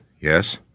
Yes